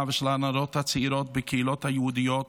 ושל הנערות הצעירות בקהילות היהודיות